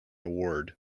award